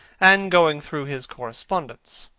and going through his correspondence.